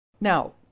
Now